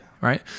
right